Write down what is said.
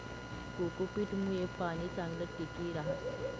cocopeat मुये पाणी चांगलं टिकी रहास